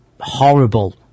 horrible